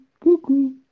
cuckoo